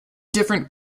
different